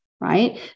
right